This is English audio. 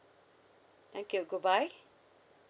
thank you goodbye